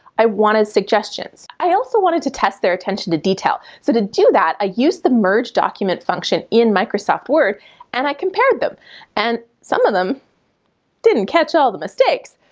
i wanted suggestions. i also wanted to test their attention to detail. so to do that, i used the merge document function in microsoft word and i compared them and some of them didn't catch all the mistakes.